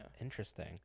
Interesting